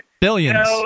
Billions